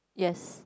yes